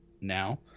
now